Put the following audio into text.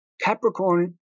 Capricorn